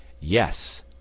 yes